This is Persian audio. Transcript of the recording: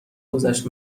گذشت